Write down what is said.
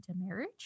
marriage